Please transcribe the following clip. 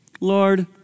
Lord